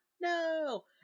no